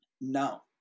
Now